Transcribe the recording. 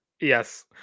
Yes